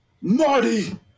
Marty